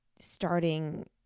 starting